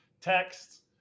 texts